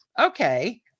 Okay